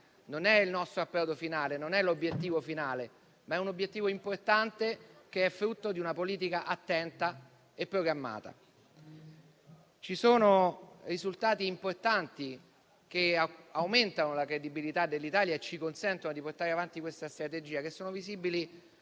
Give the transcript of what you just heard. Non è il nostro approdo finale, ma è un obiettivo importante, frutto di una politica attenta e programmata. Ci sono risultati importanti che aumentano la credibilità dell'Italia e ci consentono di portare avanti questa strategia, che sono visibili